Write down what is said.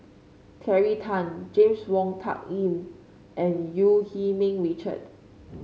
Terry Tan James Wong Tuck Yim and Eu Ming Richard